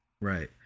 Right